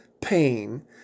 pain